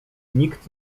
nikt